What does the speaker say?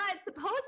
supposedly